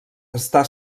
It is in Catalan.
està